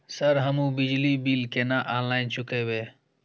Sir हमू बिजली bill केना ऑनलाईन चुकेबे?